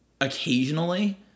occasionally